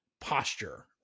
posture